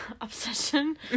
obsession